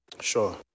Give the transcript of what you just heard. Sure